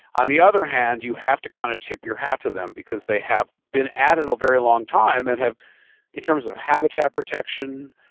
on the other hand, you have to kind of tip your hat to them, because they have been at it a very long time and have in terms of habitat protection,